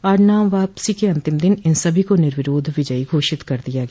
आज नाम वापसी के अंतिम दिन इन सभी को निर्विरोध विजयी घोषित कर दिया गया